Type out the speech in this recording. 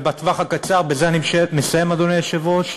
ובטווח הקצר, בזה אני מסיים, אדוני היושב-ראש,